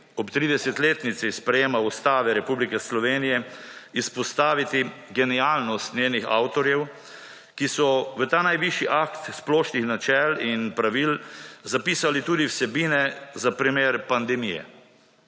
ob 30. letnici sprejema Ustave Republike Slovenije izpostaviti genialnost njenih avtorjev, ki so v ta najvišji akt splošnih načel in pravil zapisali tudi vsebine za primer pandemije.